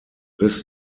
this